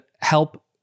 help